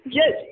yes